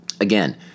Again